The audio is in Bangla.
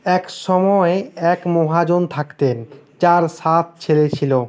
এক সময় এক মহাজন থাকতেন যার সাত ছেলে ছিল